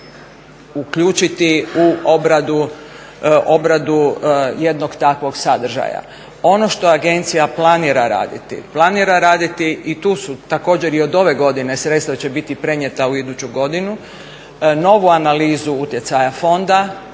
uključiti u obradu jednog takvog sadržaja. Ono što Agencija planira raditi, planira raditi i tu su također i od ove godine sredstva će biti prenijeta u iduću godinu novu analizu utjecaja Fonda,